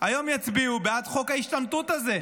היום יצביעו בעד חוק ההשתמטות הזה.